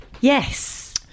Yes